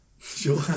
sure